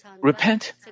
repent